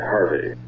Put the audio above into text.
Harvey